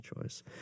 choice